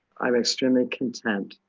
i'm extremely content.